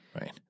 Right